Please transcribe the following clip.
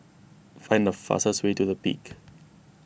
find the fastest way to the Peak